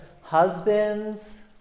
husbands